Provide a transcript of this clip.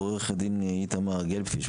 עורך הדין איתמר גלבפיש,